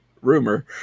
rumor